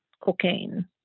cocaine